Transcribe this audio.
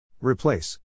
Replace